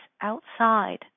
outside